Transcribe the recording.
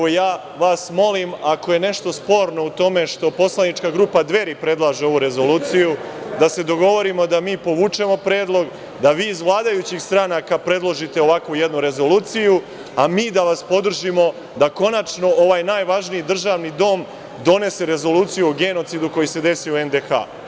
Molim vas, ako je nešto sporno u tome što poslanička grupa Dveri predlaže ovu rezoluciju, da se dogovorimo da mi povučemo predlog, da vi iz vladajućih stranaka predložite ovakvu jednu rezoluciju, a mi da vas podržimo da konačno ovaj najvažniji državni dom donese rezoluciju o genocidu koji se desio u NDH.